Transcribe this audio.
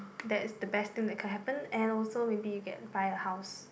that is the best thing that can happen and also maybe you can buy a house